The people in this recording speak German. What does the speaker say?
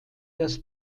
das